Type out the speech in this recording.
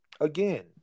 again